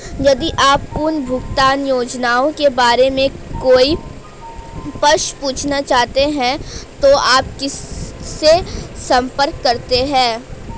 यदि आप पुनर्भुगतान योजनाओं के बारे में कोई प्रश्न पूछना चाहते हैं तो आप किससे संपर्क करते हैं?